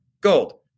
gold